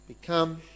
Become